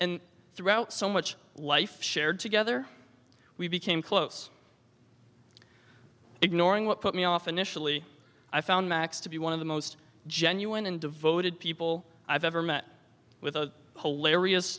and throughout so much life shared together we became close ignoring what put me off initially i found max to be one of the most genuine and devoted people i've ever met with a